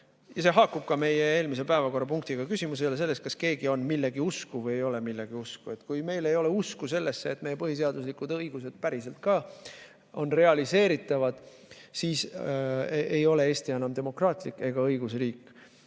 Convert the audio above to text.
see haakub ka meie eelmise päevakorrapunktiga –, et küsimus ei ole selles, kas keegi on millegi usku või ei ole millegi usku. Kui meil ei ole usku sellesse, et meie põhiseaduslikud õigused päriselt ka on realiseeritavad, siis ei ole Eesti enam demokraatlik ega õigusriik.